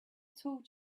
told